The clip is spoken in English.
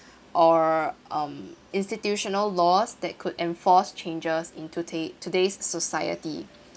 or um institutional laws that could enforce changes in toda~ today's society